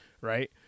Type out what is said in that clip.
right